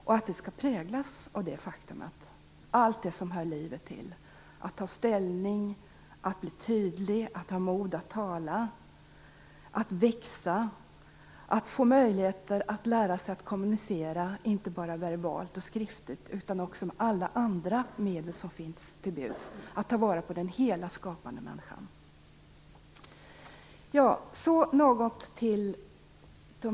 Skolan skall präglas av detta faktum, av allt det som hör livet till: att ta ställning, att vara tydlig, att ha mod att tala, att växa, att få lära sig att kommunicera inte bara verbalt och skriftligt utan med alla andra medel som står till buds. Hela den skapande människan skall tas till vara.